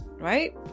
right